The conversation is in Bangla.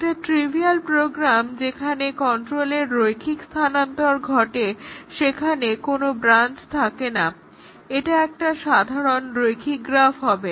একটা ট্রিভিয়াল প্রোগ্রামে যেখানে কন্ট্রোলের রৈখিক স্থানান্তর ঘটে সেখানে কোনো ব্রাঞ্চ থাকে না এটা একটা সাধারণ রৈখিক গ্রাফ হবে